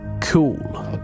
Cool